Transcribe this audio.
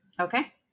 Okay